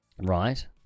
Right